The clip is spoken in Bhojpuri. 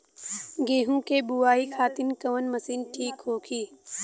गेहूँ के बुआई खातिन कवन मशीन ठीक होखि?